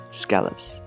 scallops